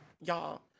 y'all